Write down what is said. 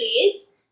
place